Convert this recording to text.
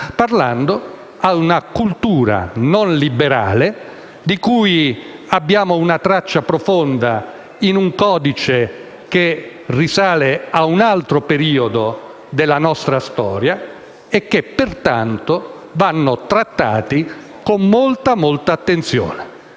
parlando, a una cultura non liberale, di cui abbiamo una traccia profonda in un codice che risale a un altro periodo della nostra storia, e pertanto vanno trattati con moltissima attenzione.